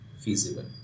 feasible